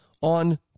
on